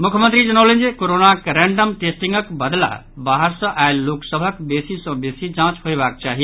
मुख्यमंत्री जनौलनि जे कोरोनाक रैंडम टेस्टिंगक बदला बाहर सँ आयल लोक सभक बेसी सँ बेसी जांच होयबाक चाहि